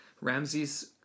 Ramses